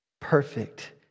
perfect